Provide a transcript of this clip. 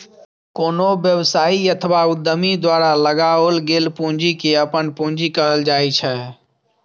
कोनो व्यवसायी अथवा उद्यमी द्वारा लगाओल गेल पूंजी कें अपन पूंजी कहल जाइ छै